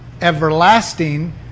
everlasting